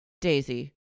Daisy